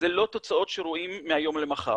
אלה לא תוצאות שרואים מהיום למחר.